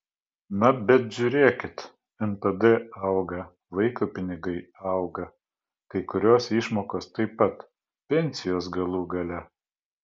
na bet žiūrėkit npd auga vaiko pinigai auga kai kurios išmokos taip pat pensijos galų gale